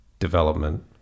development